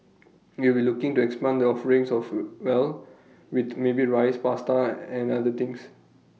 we'll be looking to expand the offerings soft well with maybe Rice Pasta and other things